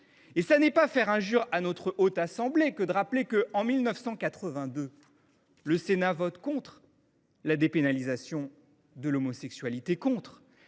Et ce n’est pas faire injure à notre Haute Assemblée que de rappeler que, en 1982, le Sénat a voté contre la dépénalisation de l’homosexualité. Je